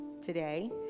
today